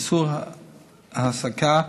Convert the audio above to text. איסור העסקה,